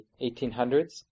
1800s